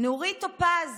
נורית טופז,